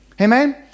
amen